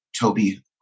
Toby